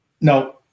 No